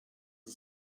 dix